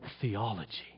theology